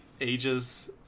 ages